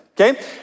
Okay